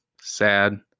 sad